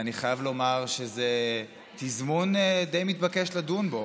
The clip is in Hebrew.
ואני חייב לומר שזה תזמון די מתבקש לדון בו,